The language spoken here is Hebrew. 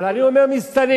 אבל אני אומר מסתננים.